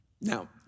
Now